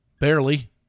Barely